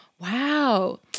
wow